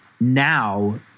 now